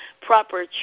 proper